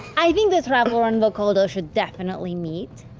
i think the traveler and vokodo should definitely meet.